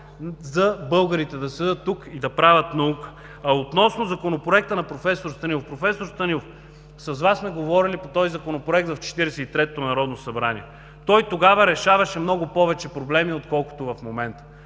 за българите да седят тук и да правят наука. Относно Законопроекта на проф. Станилов. Професор Станилов, с Вас сме говорили по този Законопроект в Четиридесет и третото народно събрание. Той тогава решаваше много повече проблеми, отколкото в момента.